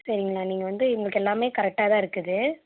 சரிங்களா நீங்கள் வந்து உங்களுக்கு எல்லாமே கரெக்டாக தான் இருக்குது